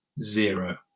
zero